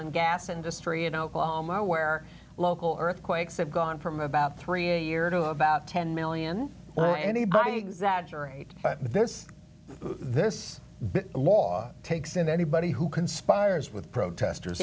and gas industry in oklahoma where local earthquakes have gone from about three a year to about ten million dollars well anybody exaggerate this this law takes in anybody who conspires with protesters